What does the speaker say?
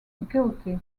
guilty